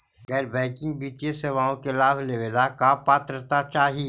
गैर बैंकिंग वित्तीय सेवाओं के लाभ लेवेला का पात्रता चाही?